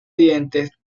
dientes